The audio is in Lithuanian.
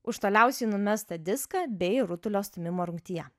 už toliausiai numestą diską bei rutulio stūmimo rungtyje